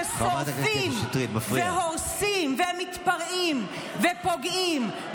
ששורפים והורסים ומתפרעים ופוגעים,